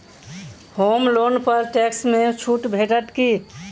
होम loan पर tax मे छुट भेटत की